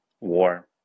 war